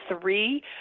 three